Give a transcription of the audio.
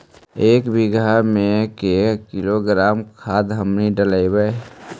एक बीघा मे के किलोग्राम खाद हमनि डालबाय?